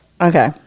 okay